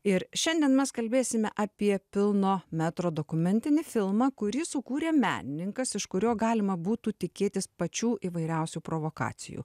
ir šiandien mes kalbėsime apie pilno metro dokumentinį filmą kurį sukūrė menininkas iš kurio galima būtų tikėtis pačių įvairiausių provokacijų